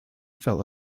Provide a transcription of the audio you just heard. fell